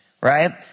Right